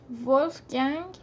Wolfgang